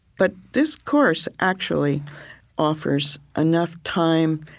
but this course actually offers enough time,